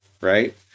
Right